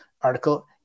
article